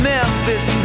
Memphis